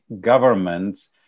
governments